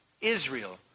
Israel